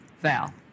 Val